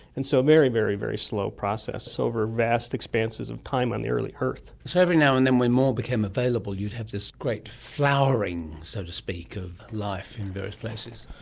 and so very, very very slow process, it's over vast expanses of time on the early earth. so every now and then when more became available you'd have this great flowering, so to speak, of life in various places.